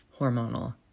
hormonal